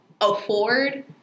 afford